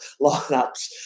lineups